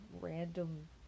random